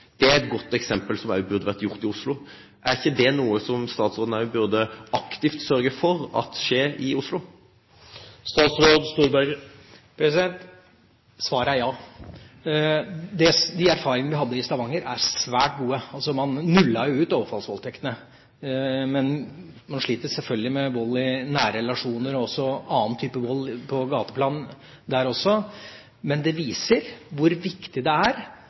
Det er et godt eksempel, som også burde vært gjort i Oslo. Er ikke det noe statsråden aktivt burde sørge for skjer i Oslo? Svaret er ja. De erfaringene vi hadde fra Stavanger, er svært gode. Man nullet jo ut overfallsvoldtektene. Man sliter selvfølgelig også der med vold i nære relasjoner og med annen type vold på gateplan, men det viser hvor viktig det er